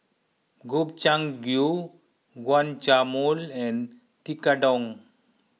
Gobchang Gui Guacamole and Tekkadon